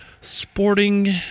Sporting